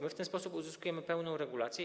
My w ten sposób uzyskujemy pełną regulację.